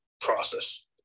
process